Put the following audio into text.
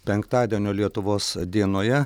penktadienio lietuvos dienoje